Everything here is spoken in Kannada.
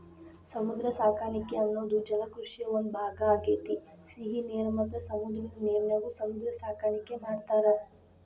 ಸಮುದ್ರ ಸಾಕಾಣಿಕೆ ಅನ್ನೋದು ಜಲಕೃಷಿಯ ಒಂದ್ ಭಾಗ ಆಗೇತಿ, ಸಿಹಿ ನೇರ ಮತ್ತ ಸಮುದ್ರದ ನೇರಿನ್ಯಾಗು ಸಮುದ್ರ ಸಾಕಾಣಿಕೆ ಮಾಡ್ತಾರ